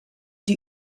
die